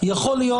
יכול להיות